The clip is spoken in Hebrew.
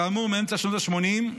כאמור מאמצע שנות השמונים,